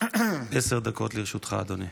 עשר דקות לרשותך, אדוני.